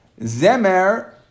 Zemer